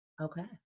Okay